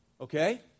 okay